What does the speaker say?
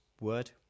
word